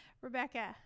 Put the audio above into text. Rebecca